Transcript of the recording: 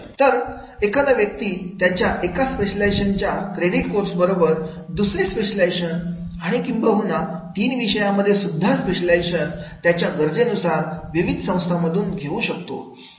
तर एखादा व्यक्ती त्याच्या एका स्पेशलायझेशन च्या क्रेडिट कोर्स बरोबर दुसरी स्पेशलायझेशन आणि किंबहुना तीन विषयांमध्ये सुद्धा स्पेशलायझेशन त्याच्या गरजेनुसार विविध संस्थांमधून घेऊ शकतो